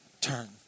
turn